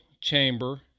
chamber